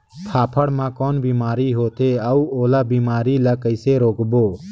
फाफण मा कौन बीमारी होथे अउ ओला बीमारी ला कइसे रोकबो?